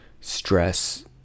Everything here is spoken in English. stress